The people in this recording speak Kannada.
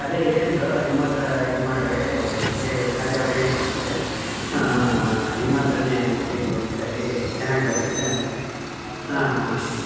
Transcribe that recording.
ಅದೇ ಹೇಳಿದ್ರು ನಿಮ್ಮ ಹತ್ರ ಇದು ಮಾಡ್ರೀ ಬೇರೆ ಶಾಲೆಯವ್ರು ಹೇಳಿದ್ರು ಇಲ್ಲಿ ನಿಮ್ಮತ್ರನೇ ಕೊಟ್ಟಿದ್ದವು ಈ ಸರೀ ಚೆನ್ನಾಗಿ ಬಂದಿದೆ ಹಾಂ ಹಾಂ ಹಾಂ